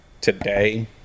Today